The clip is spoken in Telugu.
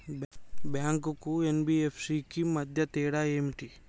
బ్యాంక్ కు ఎన్.బి.ఎఫ్.సి కు మధ్య తేడా ఏమిటి?